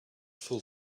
full